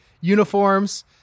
uniforms